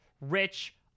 Rich